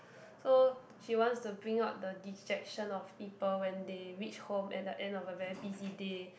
so she wants to bring out the dejection of people when they reach home at the end of a very busy day